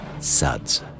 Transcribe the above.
suds